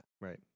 Right